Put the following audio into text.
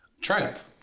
Triumph